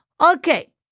Okay